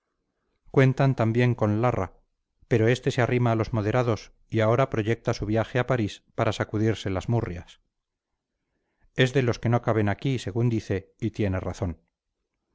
cuentan también con larra pero éste se arrima a los moderados y ahora proyecta su viaje a parís para sacudirse las murrias es de los que no caben aquí según dice y tiene razón